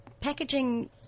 packaging